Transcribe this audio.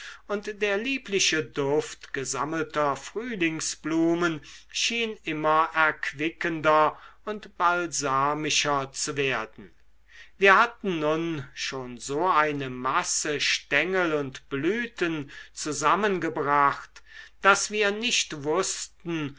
und der liebliche duft gesammelter frühlingsblumen schien immer erquickender und balsamischer zu werden wir hatten nun schon so eine masse stengel und blüten zusammengebracht daß wir nicht wußten